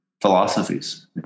philosophies